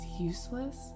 useless